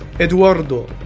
Eduardo